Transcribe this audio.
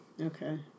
Okay